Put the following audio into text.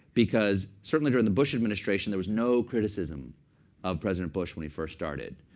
because certainly during the bush administration, there was no criticism of president bush when he first started.